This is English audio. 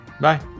Bye